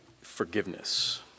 forgiveness